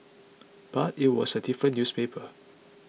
but it was a different newspaper